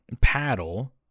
paddle